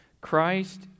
Christ